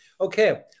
Okay